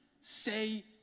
say